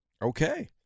Okay